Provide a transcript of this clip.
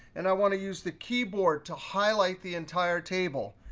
and i want to use the keyboard to highlight the entire table,